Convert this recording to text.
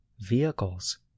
vehicles